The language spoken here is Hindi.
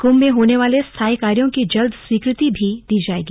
कुंभ में होने वाले स्थाई कार्यों की जल्द स्वीकृति भी दी जायेगी